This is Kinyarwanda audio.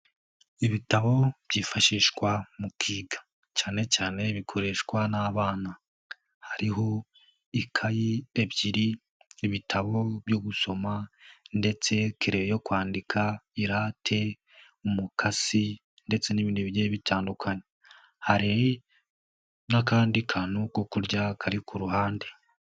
Ibitabo byifashishwa mukiga, cyane cyane bikoreshwa n'abana, hariho ikayi ebyiri, ibitabo byo gusoma ndetse kereyo yo kwandika, irate, umukasi ndetse n'ibindi bigiye bitandukanye, hari n'akandi kantu ko kurya kari ku ruhande.